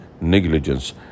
negligence